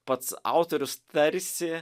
pats autorius tarsi